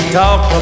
talk